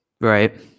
Right